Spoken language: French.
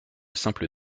simple